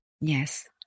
yes